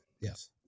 Yes